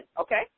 Okay